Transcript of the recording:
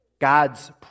God's